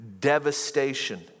devastation